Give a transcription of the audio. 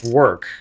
work